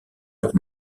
leurs